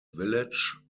village